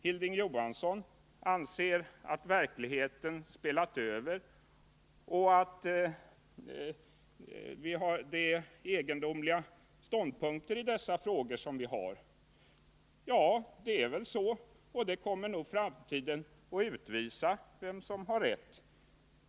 Hilding Johansson anser att verkligheten har tagit över när det gäller det framtida riksdagshuset. Han säger också att det har framförts egendomliga ståndpunkter i den frågan. Ja, framtiden får väl utvisa vem som har rätt.